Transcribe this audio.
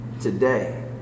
today